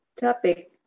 Topic